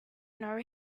know